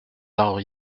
arbres